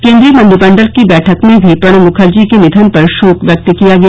केंद्रीय मंत्रिमंडल की बैठक में भी प्रणब मुखर्जी के निधन पर शोक व्यक्त किया गया